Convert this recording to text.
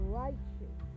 righteous